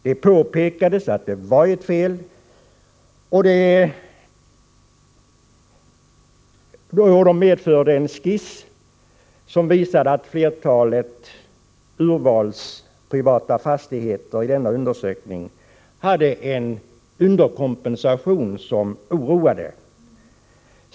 Det påpekades alltså att det fanns ett fel, och en medförd skiss visade att flertalet privata fastigheter i denna undersökning hade en underkompensation som oroade.